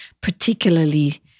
particularly